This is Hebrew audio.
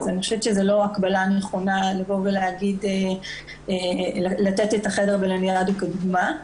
אז אני חושבת שזו לא הקבלה נכונה לתת את החדר בלניאדו כדוגמה.